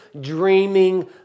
dreaming